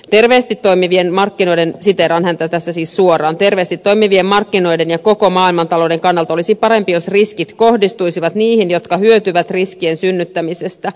terveesti toimivien markkinoiden siteeraan häntä tässä siis suoraan ja koko maailmantalouden kannalta olisi parempi jos riskit kohdistuisivat niihin jotka hyötyvät riskien synnyttämisestä